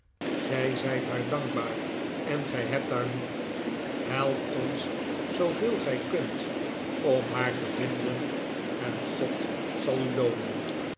gij zijt haar dankbaar en gij hebt haar lief help ons zooveel gij kunt om haar te vinden en god zal u loonen